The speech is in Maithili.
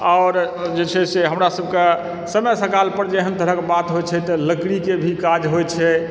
आओर जे छै से हमरा सभकेँ समय सकाल पर जे एहन तरहक बात होइ छै तऽ लकड़ीके भी काज होइत छै